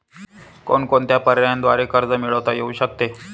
कोणकोणत्या पर्यायांद्वारे कर्ज मिळविता येऊ शकते?